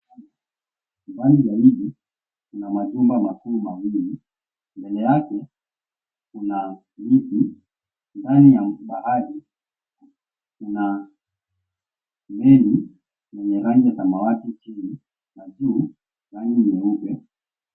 Ndani ya mji, kuna majengo makubwa mawili mbele yake kuna miti, ndani ya bahari kuna meli yenye rangi ya samawati chini na juu rangi nyeupe.